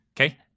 Okay